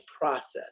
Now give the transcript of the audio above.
process